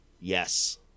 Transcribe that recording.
Yes